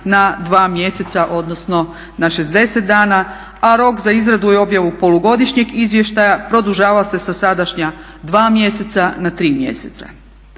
na 2 mjeseca, odnosno na 60 dana, a rok za izradu i objavu polugodišnjeg izvještaja produžava se sadašnja 2 mjeseca na 3 mjeseca.